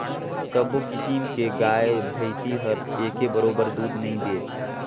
सबो किसम के गाय भइसी हर एके बरोबर दूद नइ दे